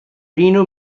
reno